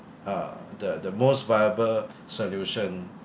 uh the the most viable solution